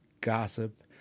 gossip